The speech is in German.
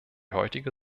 heutige